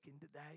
today